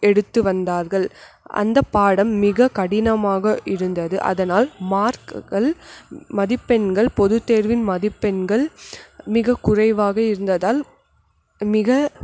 எடுத்து வந்தார்கள் அந்த பாடம் மிக கடினமாக இருந்தது அதனால் மார்க்குகள் மதிப்பெண்கள் பொது தேர்வின் மதிப்பெண்கள் மிக குறைவாக இருந்ததால் மிக